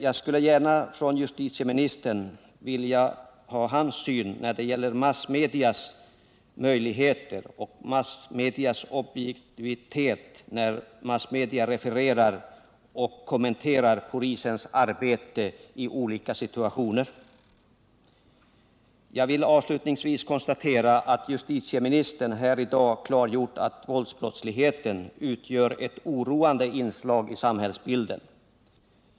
Jag vore tacksam om justitieministern ville ge sin syn på massmedias möjligheter och massmedias objektivitet när man refererar och kommenterar polisens arbete i olika situationer. Jag kan vidare konstatera att justitieministern klargjort att våldsbrottsligheten utgör ett oroande inslag i samhällsbilden.